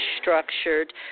structured